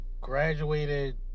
graduated